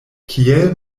kiel